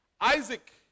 Isaac